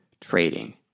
trading